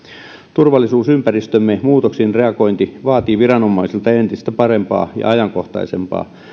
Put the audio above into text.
turvallisuusympäristömme muutoksiin reagointi vaatii viranomaisilta entistä parempaa ja ajankohtaisempaa